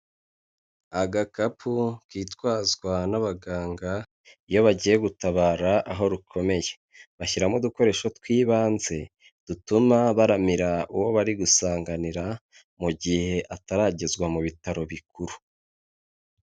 Agakapu kitwazwa n'abaganga iyo bagiye gutabara aho rukomeye, bashyiramo udukoresho tw'ibanze dutuma baramira uwo bari gusanganira mu gihe ataragezwa mu bitaro bikuru.